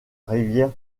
rivière